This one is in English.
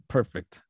Perfect